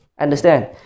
Understand